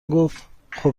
گفتخوب